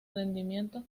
rendimiento